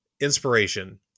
inspiration